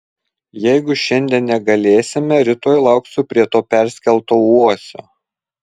jeigu šiandien negalėsime rytoj lauksiu prie to perskelto uosio